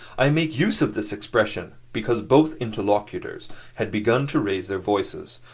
i make use of this expression, because both interlocutors had begun to raise their voices.